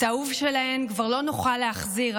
את האהוב שלהן כבר לא נוכל להחזיר,